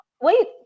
wait